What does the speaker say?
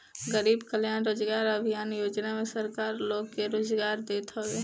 गरीब कल्याण रोजगार अभियान योजना में सरकार लोग के रोजगार देत हवे